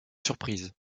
surprise